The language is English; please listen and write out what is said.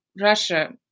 Russia